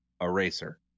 eraser